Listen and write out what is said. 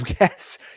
yes